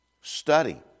Study